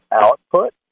output